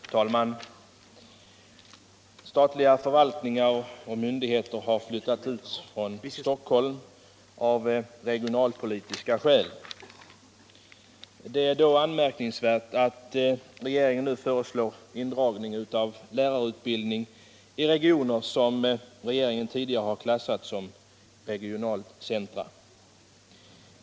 Herr talman! Statliga förvaltningar och myndigheter har flyttats ut från Stockholm av regionalpolitiska skäl. Det är då anmärkningsvärt att regeringen nu föreslår indragning av lärarutbildning i regioner som man tidigare har klassat som regionala centra.